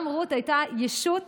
גם רות הייתה ישות